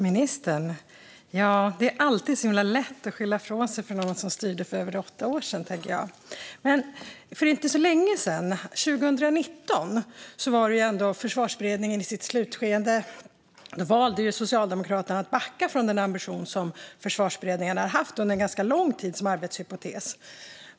Herr talman! Det är alltid himla lätt att skylla ifrån sig på någon som styrde för över åtta år sedan. För inte så länge sedan, 2019, när Försvarsberedningen var inne i sitt slutskede, valde Socialdemokraterna att backa från den ambition som Försvarsberedningen haft som arbetshypotes under lång tid.